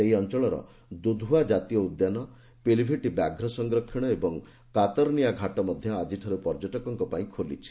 ସେହି ଅଞ୍ଚଳର ଦୁଧ୍ୱା ଜଜତୀୟ ଉଦ୍ୟାନ ପିଲିଭିଟ୍ ବ୍ୟାଘ୍ର ସଂରକ୍ଷଣ ଏବଂ କାତରନିଆ ଘାଟ ମଧ୍ୟ ଆଜିଠାରୁ ପର୍ଯ୍ୟଟକମାନଙ୍କ ପାଇଁ ଖୋଲିଛି